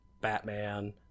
batman